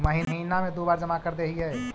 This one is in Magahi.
महिना मे दु बार जमा करदेहिय?